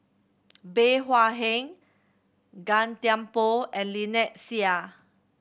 Bey Hua Heng Gan Thiam Poh and Lynnette Seah